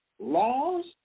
laws